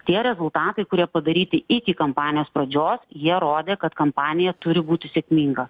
tie rezultatai kurie padaryti iki kampanijos pradžios jie rodė kad kampanija turi būti sėkminga